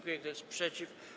Kto jest przeciw?